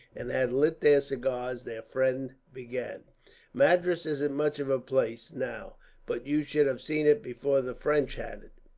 and had lit their cigars, their friend began madras isn't much of a place, now but you should have seen it before the french had it.